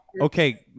okay